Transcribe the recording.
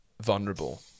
vulnerable